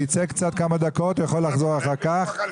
רפי,